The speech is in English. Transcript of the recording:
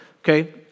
okay